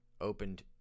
opened